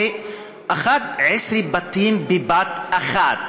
אלה 11 בתים בבת-אחת.